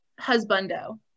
Husbando